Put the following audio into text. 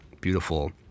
beautiful